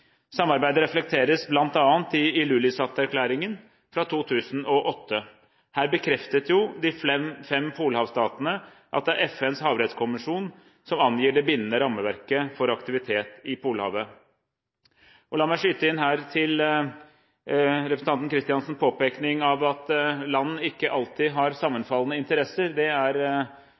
Samarbeidet reflekteres bl.a. i Ilulissat-erklæringen fra 2008. Her bekreftet de fem polhavstatene at det er FNs havrettskommisjon som angir det bindende rammeverket for aktivitet i Polhavet. La meg her skyte inn til representanten Kristiansens påpekning av at land ikke alltid har sammenfallende interesser, at det er